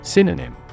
Synonym